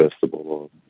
Festival